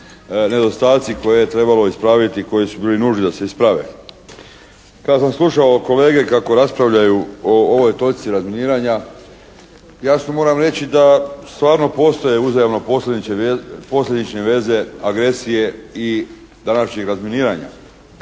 nedostaci koje je trebalo ispraviti i koji su bili nužni da se isprave. Kad sam slušao kolege kako raspravljaju o ovoj točci razminiranja jasno moram reći da stvarno postoje uzročno-posljedične veze agresije i današnjeg razminiranja.